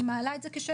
אני מעלה את זה כשאלה